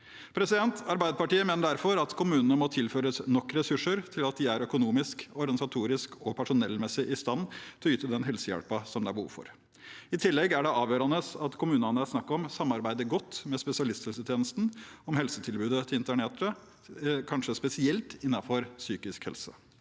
Arbeiderpartiet mener derfor at kommunene må tilføres nok ressurser til at de er økonomisk, organisatorisk og personellmessig i stand til å yte den helsehjelpen som det er behov for. I tillegg er det avgjørende at kommunene det er snakk om, samarbeider godt med spesialisthelsetjenesten om helsetilbudet til internerte, kanskje spesielt innenfor psykisk helse.